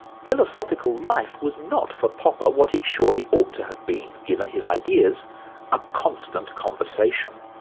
philosophical life was not for popper what it surely ought to have been, given his ideas a constant conversation.